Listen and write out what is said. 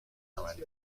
عملی